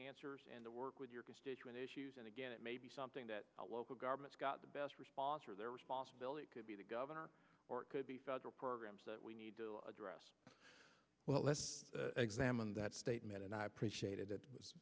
answers and to work with your constituent issues and again it may be something that the local government's got the best response or their responsibility could be the governor or it could be federal programs that we need to address well let's examine that statement and i appreciated it was